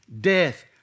death